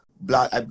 block